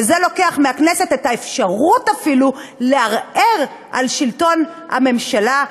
וזה לוקח מהכנסת את האפשרות אפילו לערער על שלטון הממשלה,